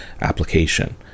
application